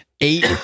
Eight